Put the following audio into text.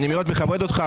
אני מאוד מכבד אותך,